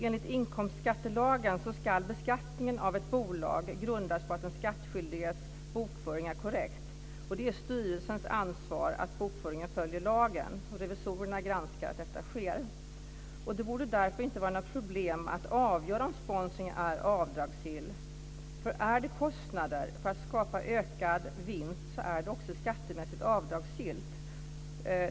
Enligt inkomstskattelagen ska beskattningen av ett bolag grundas på att den skattskyldiges bokföring är korrekt. Det är styrelsens ansvar att bokföringen följer lagen, och revisorerna granskar att detta sker. Det borde därför inte vara några problem att avgöra om sponsring är avdragsgill, för är det kostnader för att skapa ökad vinst är det också skattemässigt avdragsgillt.